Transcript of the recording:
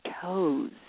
toes